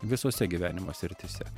visose gyvenimo srityse